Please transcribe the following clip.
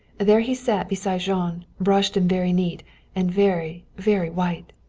there he sat beside jean, brushed and very neat and very, very white.